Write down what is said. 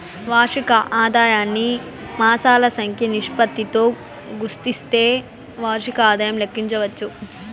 వార్షిక ఆదాయాన్ని మాసాల సంఖ్య నిష్పత్తితో గుస్తిస్తే వార్షిక ఆదాయం లెక్కించచ్చు